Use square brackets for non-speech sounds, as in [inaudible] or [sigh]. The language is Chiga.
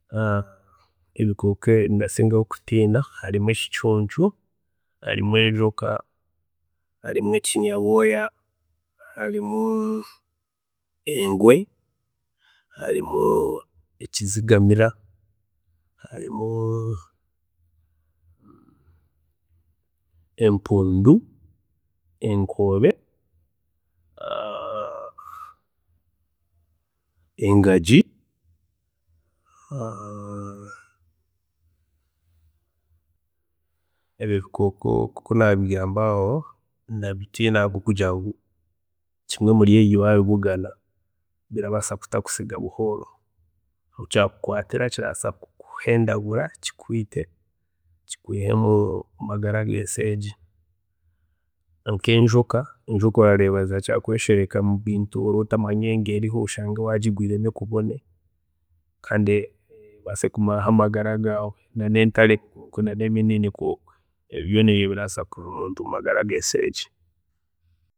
[hesitation] Ebikooko ebindatkirayo kutiina harimu ekicuncu, harimu enjoka, harimu ekinyabwooya, harimu engwe, harimu ekizigamira, harimu empundu, enkobe, [hesitation] engagi, [hesitation] ebyo bikooko nkoku nabikugambaho ndabitiina munonga habwokugira ngu kimwe hari ebyo wakibugana kirabaasa kutakusiga buhooro, ahu kyakukwatira kirabaasa kukuhendagura kikwiite kikwiihe omumagara gensi egi, nk'enjoka, enjoka orareeba zirakira kweshereka mubintu oraba otamanyire ngu eriho oshange wagigwiireho ekubone kandi ebaase kumaraho amagara gaawe, na nentare ebyo bikooko ebinene nikwe okwe, ebyo byoona birabaasa kukwiiha omumagara gensi egi.